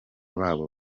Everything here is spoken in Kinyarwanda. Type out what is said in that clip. babo